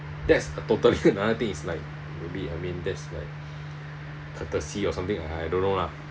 that's a totally another thing it's like maybe I mean that's like courtesy or something I don't know lah